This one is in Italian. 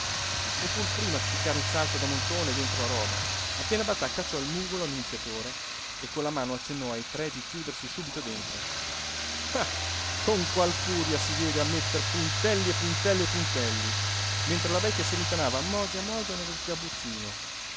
e fu il primo a spiccare un salto da montone dentro la roba appena batà cacciò il múgolo annunziatore e con la mano accennò ai tre di chiudersi subito dentro ah con qual furia si diede a metter puntelli e puntelli e puntelli mentre la vecchia si rintanava mogia mogia nello sgabuzzino